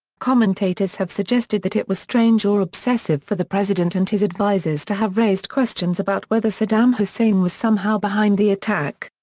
commentators have suggested that it was strange or obsessive for the president and his advisers to have raised questions about whether saddam hussein was somehow behind the attack.